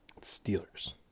Steelers